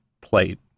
plate